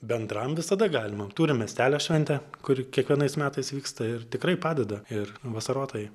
bendram visada galima turim miestelio šventę kuri kiekvienais metais vyksta ir tikrai padeda ir vasarotojai